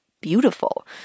beautiful